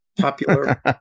popular